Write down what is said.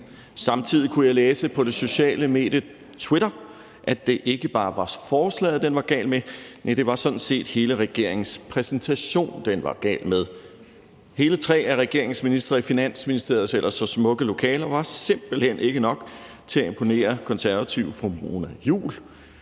Samtidig kunne jeg læse på det sociale medie Twitter, at det ikke bare var forslaget, den var gal med, næh, det var sådan set hele regeringens præsentation, den var gal med. Hele tre af regeringens ministre i Finansministeriets ellers så smukke lokaler var simpelt hen ikke nok til at imponere Konservatives fru Mona Juul,